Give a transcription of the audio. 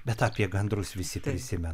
bet apie gandrus visi prisimena